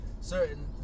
certain